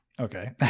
Okay